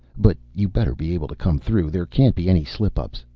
but you better be able to come through. there can't be any slip-ups.